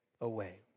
away